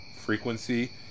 frequency